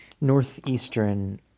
northeastern